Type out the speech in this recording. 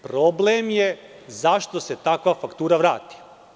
Dakle, problem je zašto se takva faktura vrati.